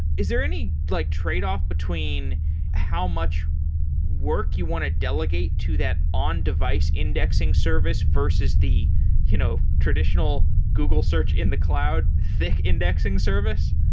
is there any like trade-off between how much work you want to delegate to that on-device indexing service, versus the you know traditional google search in the cloud thick indexing service?